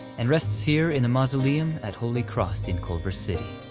and rests here in the mausoleum at holy cross in culver city.